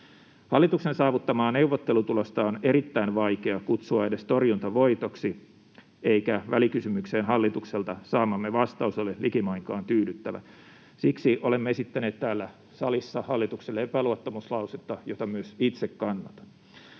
Hallituksen saavuttamaa neuvottelutulosta on erittäin vaikea kutsua edes torjuntavoitoksi, eikä välikysymykseen hallitukselta saamamme vastaus ole likimainkaan tyydyttävä. Siksi olemme esittäneet täällä salissa hallitukselle epäluottamuslausetta, jota myös itse kannatan.